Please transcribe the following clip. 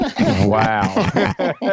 Wow